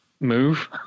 move